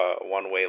one-way